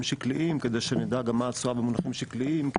שקליים כדי שנדע גם מה נעשה במונחים שקליים כי